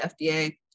FDA